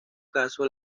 caso